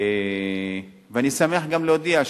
ואני שמח גם להודיע,